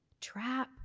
trap